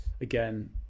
Again